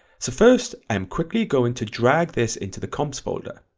so first i am quickly going to drag this into the comps folder,